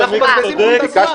אנחנו מבזבזים כאן את הזמן.